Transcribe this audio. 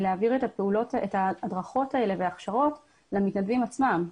להעביר את ההדרכות האלה וההכשרות למתנדבים עצמם,